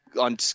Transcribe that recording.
on